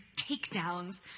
Takedowns